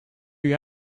you